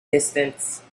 distance